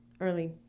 early